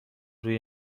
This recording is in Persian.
روی